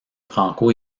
franco